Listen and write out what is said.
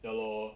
ya lor